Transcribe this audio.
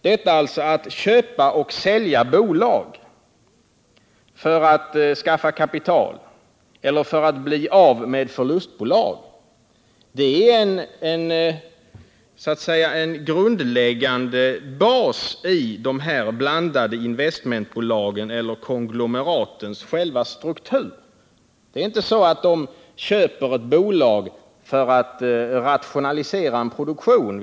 Detta att köpa och sälja bolag för att skaffa kapital eller för att bli av med förlustbolag är alltså en grundläggande bas i de blandade investmentbolagens eller konglomeratens själva struktur. Det är inte så att de köper ett bolag för att rationalisera en produktion.